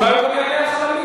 אולי הוא גם יענה על "חלמיש",